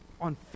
on